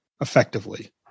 effectively